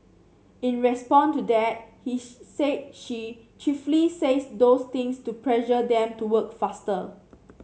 in response to that he said she chiefly says those things to pressure them to work faster